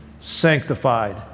sanctified